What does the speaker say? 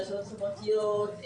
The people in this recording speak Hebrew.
רשתות חברתיות,